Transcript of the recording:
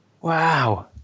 Wow